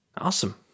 Awesome